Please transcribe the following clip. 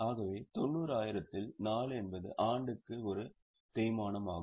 ஆகவே 90000 இல் 4 என்பது ஆண்டுக்கு ஒரு தேய்மானம் ஆகும்